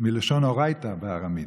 מלשון "אורייתא" בארמית,